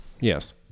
Yes